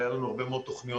היו לנו הרבה מאוד תוכניות.